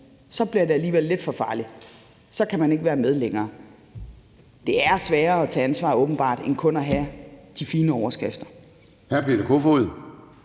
så bliver det alligevel lidt for farligt, og så kan man ikke være med længere. Det er sværere at tage ansvar åbenbart end kun at have de fine overskrifter.